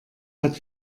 hat